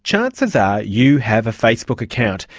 chances are you have a facebook account.